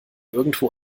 irgendwo